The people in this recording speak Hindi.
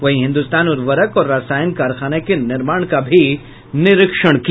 वहीं हिन्दुस्तान उर्वरक और रसायन कारखाना के निर्माण का भी निरीक्षण किया